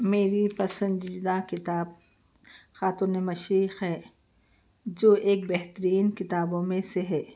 میری پسندیدہ کتاب خاتون مشرق ہے جو ایک بہترین کتابوں میں سے ہے